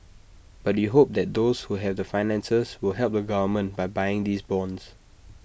but we hope that those who have the finances will help the government by buying these bonds